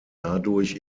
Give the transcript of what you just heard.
dadurch